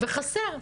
וחסר.